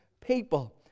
people